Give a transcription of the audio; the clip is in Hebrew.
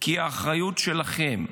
כי האחריות היא שלכם.